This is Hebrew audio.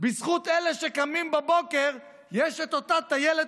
בזכות אלה שקמים בבוקר יש את אותה טיילת